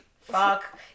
fuck